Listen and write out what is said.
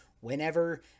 whenever